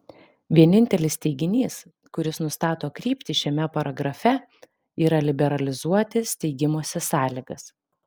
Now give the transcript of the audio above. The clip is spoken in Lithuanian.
vienintelis teiginys kuris nustato kryptį šiame paragrafe yra liberalizuoti steigimosi sąlygas